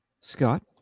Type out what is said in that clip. scott